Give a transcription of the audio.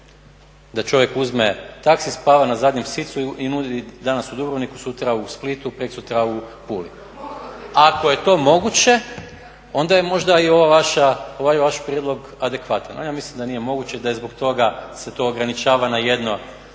Da čovjek uzme taksi, spava na zadnjem sicu i nudi danas u Dubrovniku, sutra u Splitu, prekosutra u Puli? Ako je to moguće onda je možda i ovaj vaš prijedlog adekvatan. Ali ja mislim da nije moguće i da je zbog toga se to ograničava na jedno